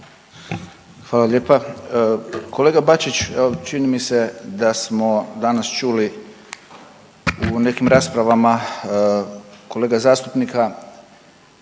Hvala lijepa. Kolega Bačić čini mi se da smo danas čuli u nekim raspravama kolega zastupnika